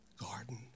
garden